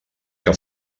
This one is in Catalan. que